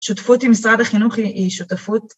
שותפות עם משרד החינוך היא שותפות.